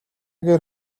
гэр